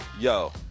Yo